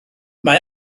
mae